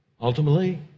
Ultimately